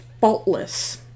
Faultless